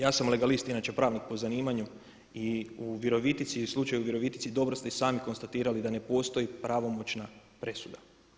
Ja sam legalist inače pravnik po zanimanju i u Virovitici i slučaju u Virovitici dobro ste i sami konstatirali da ne postoji pravomoćna presuda.